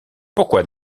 pourquoi